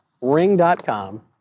ring.com